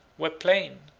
were plain,